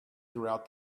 throughout